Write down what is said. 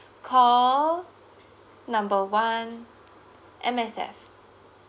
call number one M_S_F